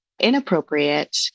inappropriate